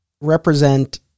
represent